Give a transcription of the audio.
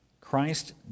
Christ